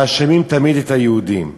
מאשימים תמיד את היהודים.